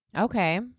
Okay